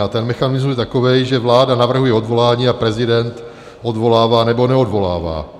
A ten mechanismus je takový, že vláda navrhuje odvolání a prezident odvolává nebo neodvolává.